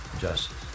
justice